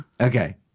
Okay